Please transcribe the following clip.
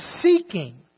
seeking